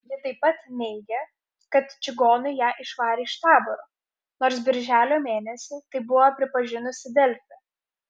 ji taip pat neigė kad čigonai ją išvarė iš taboro nors birželio mėnesį tai buvo pripažinusi delfi